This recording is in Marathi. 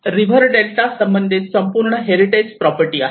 रिव्हर डेल्टा संबंधित संपूर्ण हेरिटेज प्रॉपर्टी आहेत